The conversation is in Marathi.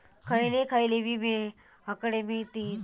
खयले खयले विमे हकडे मिळतीत?